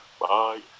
Bye